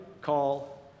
call